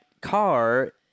car